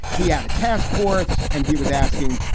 he had a task force and he was asking,